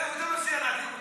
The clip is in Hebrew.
לאיפה אתה מציע להעתיק אותם?